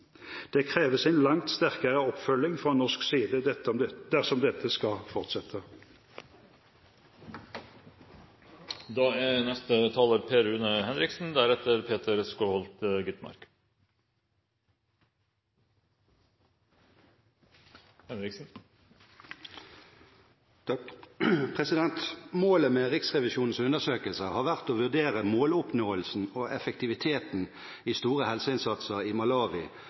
Det kreves en langt sterkere oppfølging fra norsk side dersom dette skal fortsette. Målet med Riksrevisjonens undersøkelser har vært å vurdere måloppnåelsen og effektiviteten i store helseinnsatser i Malawi, som er direkte og indirekte finansiert av Norge, samt å vurdere forvaltningens oppfølging og